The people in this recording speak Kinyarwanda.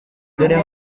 dore